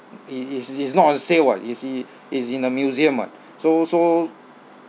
it it's it's not on sale [what] it's i~ it's in the museum [what] so so